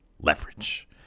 leverage